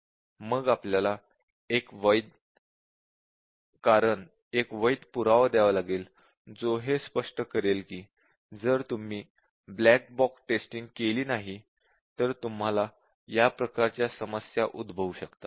मग आपल्याला एक वैध कारण एक वैध पुरावा द्यावा लागेल जो हे स्पष्ट करेल कि जर तुम्ही ब्लॅक बॉक्स टेस्टिंग केली नाही तर तुम्हाला या प्रकारच्या समस्या उद्धभवू शकतात